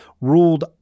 ruled